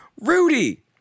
Rudy